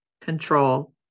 control